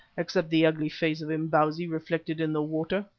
except the ugly face of imbozwi reflected in the water.